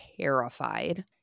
terrified